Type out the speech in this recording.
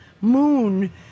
moon